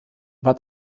war